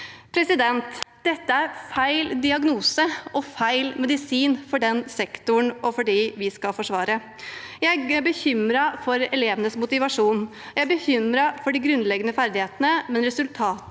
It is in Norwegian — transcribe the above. UHsektoren. Dette er feil diagnose og feil medisin for den sektoren og for dem vi skal forsvare. Jeg er bekymret for elevenes motivasjon, og jeg er bekymret for de grunnleggende ferdighetene. Resultatet